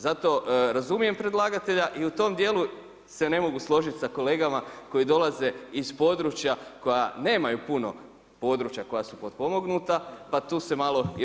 Zato razumijem predlagatelja i u tom dijelu se ne mogu složiti sa kolegama koji dolaze iz područja koja nemaju puno, područja koja su potpomognuta, pa tu se malo i razilazimo.